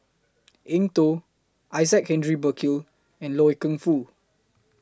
Eng Tow Isaac Hendrick Burkill and Loy Keng Foo